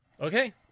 okay